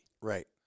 Right